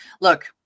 look